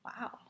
Wow